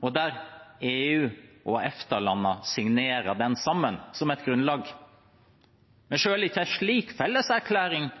og der EU- og EFTA-landene signerer den sammen, som et grunnlag. Men selv ikke en slik felleserklæring